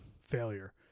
failure